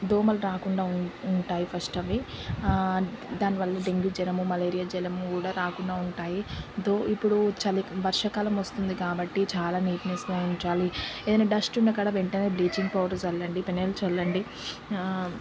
దోమలు రాకుండా ఉం ఉంటాయి ఫస్ట్ అవి దానివల్ల డెంగ్యూ జ్వరము మలేరియా జ్వరము కూడా రాకుండా ఉంటాయి తో ఇప్పుడు చలి వర్షాకాలం వస్తుంది కాబట్టి చాలా నీట్నెస్గా ఉంచాలి ఏదైనా డస్ట్ ఉన్న కాడ వెంటనే బ్లీచింగ్ పౌడర్ చల్లండి పెనాయిల్ చల్లండి